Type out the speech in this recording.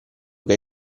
che